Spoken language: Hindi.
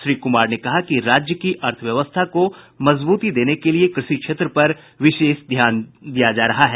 श्री कुमार ने कहा कि राज्य की अर्थव्यवस्था को मजबूती देने के लिये कृषि क्षेत्र पर विशेष ध्यान दिया जा रहा है